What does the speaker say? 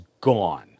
gone